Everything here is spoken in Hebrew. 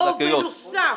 או בנוסף?